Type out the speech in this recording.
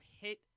hit